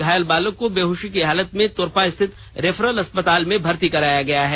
घायल बालक को बेहोशी की हालत में तोरपा स्थित रेफरल अस्पताल में भर्ती कराया गया है